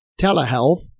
telehealth